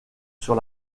sur